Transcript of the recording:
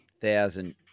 Thousand